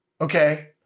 okay